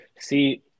See